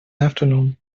afternoon